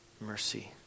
mercy